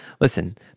listen